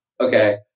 Okay